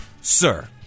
sir